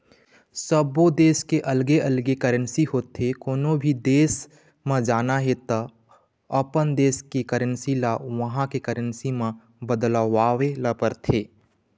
सब्बो देस के अलगे अलगे करेंसी होथे, कोनो भी देस म जाना हे त अपन देस के करेंसी ल उहां के करेंसी म बदलवाए ल परथे